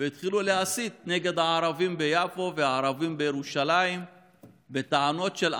והתחילו להסית נגד הערבים ביפו והערבים בירושלים בטענות של אנטישמיות.